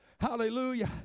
Hallelujah